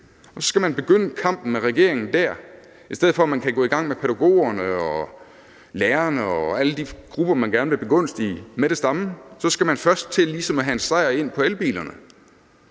og så skal man begynde kampen med regeringen dér. I stedet for at man kunne gå i gang med pædagogerne, lægerne og alle de andre grupper, man gerne vil begunstige, med det samme, skal man først til ligesom at have en sejr hjem på elbilerne,